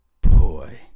boy